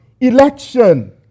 election